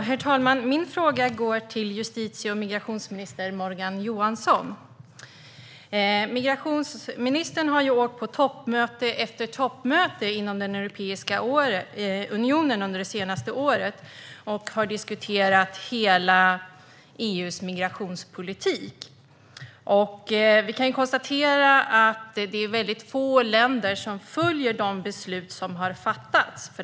Herr talman! Min fråga går till justitie och migrationsminister Morgan Johansson. Migrationsministern har åkt på toppmöte efter toppmöte inom Europeiska unionen under det senaste året. Han har diskuterat hela EU:s hela migrationspolitik. Vi kan konstatera att det är få länder som följer de beslut som har fattats.